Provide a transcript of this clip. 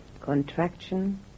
contraction